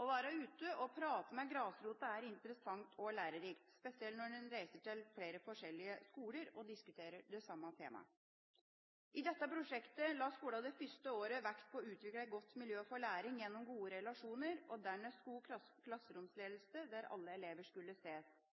Å være ute og prate med grasrota er interessant og lærerikt, spesielt når en reiser til flere forskjellige skoler og diskuterer det samme temaet. I dette prosjektet la skolene det første året vekt på å utvikle et godt miljø for læring gjennom gode relasjoner og dernest god klasseromsledelse der alle elever skulle